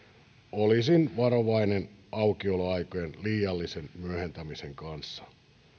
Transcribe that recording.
olisin varovainen aukioloaikojen liiallisen myöhentämisen kanssa